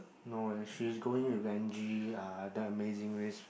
no eh she is going with Angie ah the Amazing Race